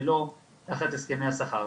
ולא תחת הסכמי השכר.